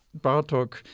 Bartok